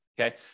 Okay